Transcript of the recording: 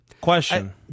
Question